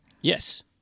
Yes